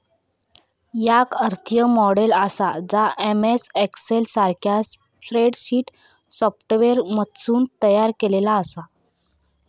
याक आर्थिक मॉडेल आसा जा एम.एस एक्सेल सारख्या स्प्रेडशीट सॉफ्टवेअरमधसून तयार केलेला आसा